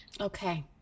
Okay